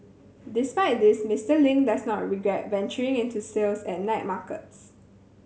despite this Mister Ling does not regret venturing into sales at night markets